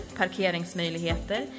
parkeringsmöjligheter